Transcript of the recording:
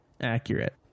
accurate